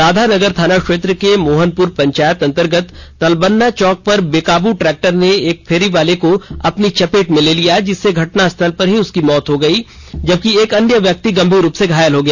राधा नगर थाना क्षेत्र के मोहनपुर पंचायत अंतर्गत तलबन्ना चौक पर बेकाबू ट्रैक्टर ने एक फेरीवाले को अपनी चपेट में ले लिया जिससे घटनास्थल पर ही उसकी मौत हो गई जबकि एक अन्य व्यक्ति गंभीर रूप से घायल हो गया